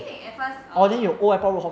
因为 at first err